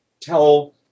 tell